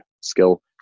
skill